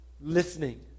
Listening